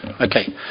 Okay